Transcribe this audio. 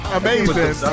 amazing